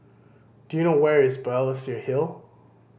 do you know where is Balestier Hill